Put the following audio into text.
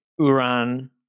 Uran